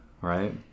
right